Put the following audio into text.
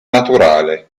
naturale